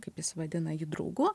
kaip jis vadina jį draugu